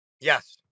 Yes